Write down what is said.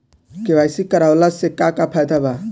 KYC करवला से का का फायदा बा?